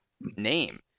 name